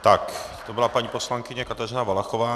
Tak to byla paní poslankyně Kateřina Valachová.